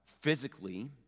physically